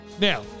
Now